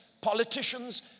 politicians